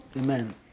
Amen